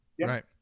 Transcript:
Right